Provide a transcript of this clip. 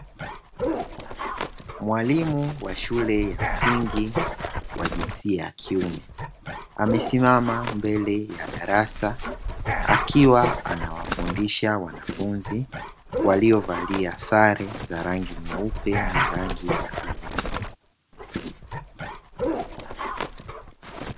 Mwalimu wa shule ya msingi wa jinsia ya kiume amesimama mbele ya darasa akiwa anawafundisha wanafunzi walio valia sare za rangi nyeupe na rangi ya buluu.